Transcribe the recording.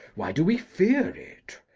why do we fear it?